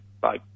Bye